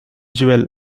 jewel